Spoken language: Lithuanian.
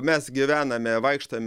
mes gyvename vaikštome